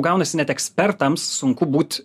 gaunasi net ekspertams sunku būt